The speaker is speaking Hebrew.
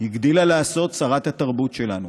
הגדילה לעשות שרת התרבות שלנו.